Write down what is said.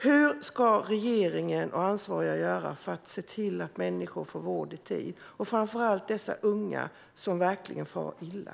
Hur ska regeringen och ansvariga göra för att se till att människor får vård i tid, framför allt dessa unga människor som verkligen far illa?